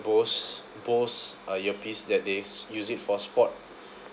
Bose Bose uh earpiece that this use it for sport